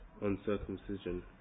uncircumcision